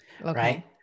right